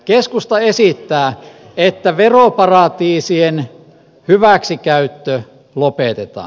keskusta esittää että veroparatiisien hyväksikäyttö lopetetaan